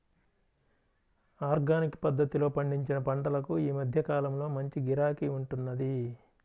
organic పద్ధతిలో పండించిన పంటలకు ఈ మధ్య కాలంలో మంచి గిరాకీ ఉంటున్నది